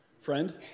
Friend